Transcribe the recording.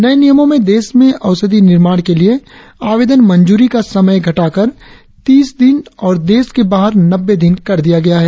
नए नियमों में देश में औषधि निर्माण के लिए आवेदन मंजूरी का समय घटाकर तीस दिन और देश के बाहर नब्बे दिन कर दिया गया है